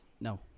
No